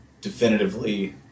definitively